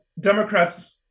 Democrats